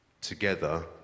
together